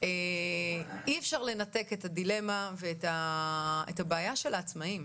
אי אפשר לנתק את הדילמה ואת הבעיה של העצמאים.